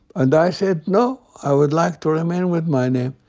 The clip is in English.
and i said no, i would like to remain with my name.